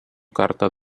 carta